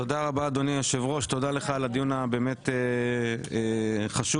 תודה רבה לך, אדוני היושב-ראש.